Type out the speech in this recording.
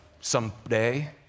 someday